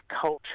culture